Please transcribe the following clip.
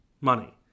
money